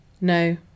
No